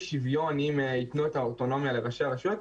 שוויון אם ייתנו את האוטונומיה לראשי הרשויות,